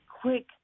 quick